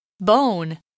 Bone